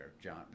John